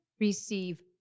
receive